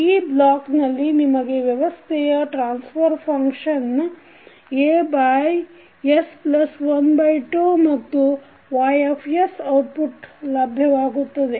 ಈ ಬ್ಲಾಕ್ ನಲ್ಲಿ ನಿಮಗೆ ವ್ಯವಸ್ಥೆಯ ಟ್ರಾನ್ಸಫರ್ ಫಂಕ್ಷನ್ As1 ಮತ್ತು Yಔಟ್ಪುಟ್ ಲಭ್ಯವಾಗುತ್ತವೆ